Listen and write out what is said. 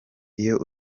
iyo